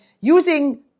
using